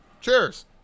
Cheers